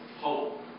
hope